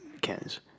Ken's